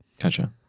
Gotcha